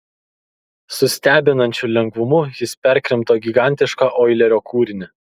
su stebinančiu lengvumu jis perkrimto gigantišką oilerio kūrinį